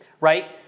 right